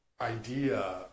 idea